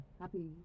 Happy